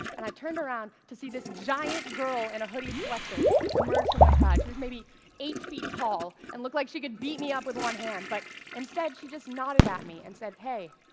and i turned around to see this giant girl in a hoodie sweatshirt emerge from the crowd. she was maybe eight feet tall and looked like she could beat me up with one hand, but instead instead she just nodded at me and said, hey,